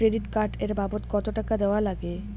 Credit card এর বাবদ কতো টাকা দেওয়া লাগবে?